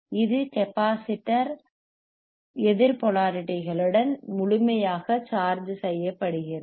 எனவே கெப்பாசிட்டர் எதிர் போலாரிட்டிகளுடன் முழுமையாக சார்ஜ் செய்யப்படுகிறது